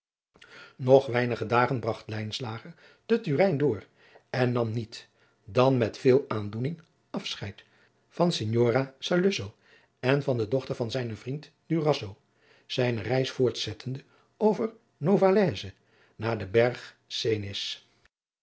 eenige weinige dagen bragt lijnslager te turin door en nam niet dan met veel aandoening afscheid van signora saluzzo en van de dochter van zijnen vriend durazzo zijne reis voortzettende over novalaise naar den